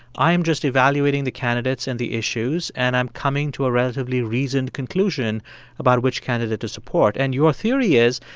i am just evaluating the candidates and the issues, and i'm coming to a relatively reasoned conclusion about which candidate to support. and your theory is,